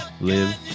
live